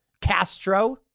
Castro